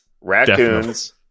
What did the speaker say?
raccoons